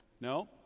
No